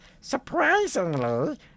surprisingly